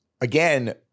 again